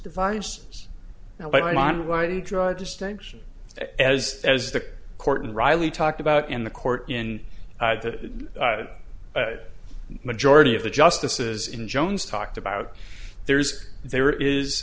draw distinction as as the court wryly talked about in the court in the majority of the justices in jones talked about there's there is